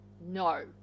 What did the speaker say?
No